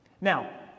Now